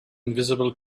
invisible